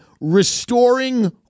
restoring